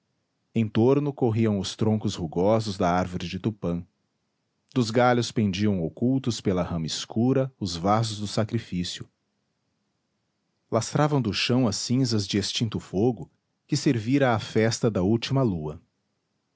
torno corriam os troncos rugosos da árvore de tupã dos galhos pendiam ocultos pela rama escura os vasos do sacrifício lastravam o chão as cinzas de extinto fogo que servira à festa da última lua